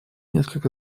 несколько